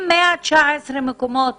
אם 119 מקומות